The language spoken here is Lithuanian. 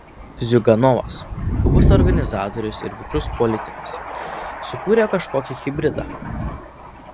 ziuganovas gabus organizatorius ir vikrus politikas sukūrė kažkokį hibridą